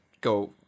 go